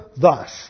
Thus